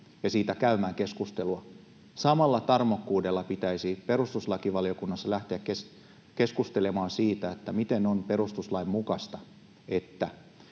ja siitä käymään keskustelua, niin samalla tarmokkuudella pitäisi perustuslakivaliokunnassa lähteä keskustelemaan siitä, miten on perustuslain mukaista,